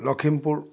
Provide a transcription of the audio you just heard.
Lakhimpur